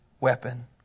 weapon